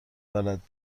بلد